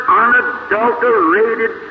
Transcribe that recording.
unadulterated